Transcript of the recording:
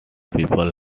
people